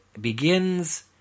begins